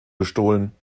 gestohlen